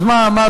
אז מה הטעם?